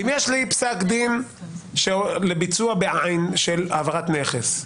אם יש לי פסק דין לביצוע בעין של העברת נכס,